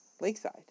Lakeside